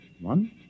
One